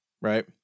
Right